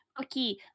Okay